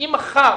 אם מחר